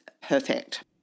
perfect